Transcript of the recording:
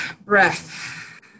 breath